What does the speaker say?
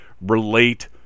relate